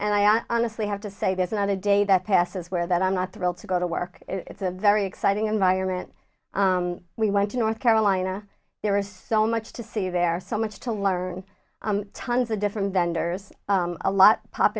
and i honestly have to say there's not a day that passes where that i'm not thrilled to go to work it's a very exciting environment we went to north carolina there is so much to see there so much to learn tons of different vendors a lot pop